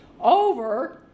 Over